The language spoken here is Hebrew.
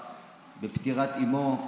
על פטירת אימו.